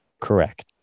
Correct